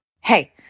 Hey